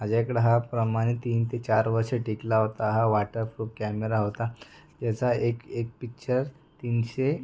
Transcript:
माझ्याकडं हा प्रमाणे तीन ते चार वर्ष टिकला होता हा वाटरप्रूफ कॅमेरा होता याचा एक एक पिच्चर तीनशे